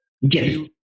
Yes